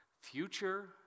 future